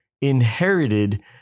inherited